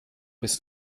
bis